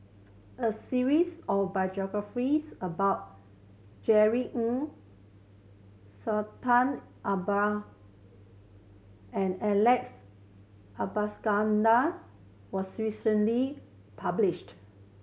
a series of biographies about Jerry Ng Sultan Abu and Alex Abisheganaden was recently published